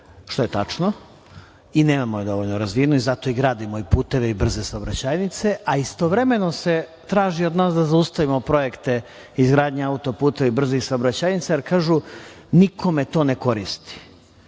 što je tačno i nemamo je dovoljno razvijenu, zato i gradimo i puteve i brze saobraćajnice, a istovremeno se traži od nas da zaustavimo projekte, izgradnje auto-puteve i brze saobraćajnice, jer kažu – nikome to ne koristi. Mi